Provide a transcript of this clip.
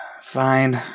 Fine